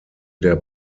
der